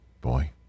Boy